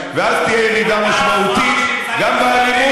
הוא צריך לחזור בו.